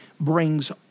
brings